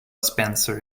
spencer